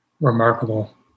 remarkable